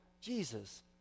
Jesus